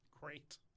Great